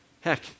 Heck